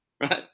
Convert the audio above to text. right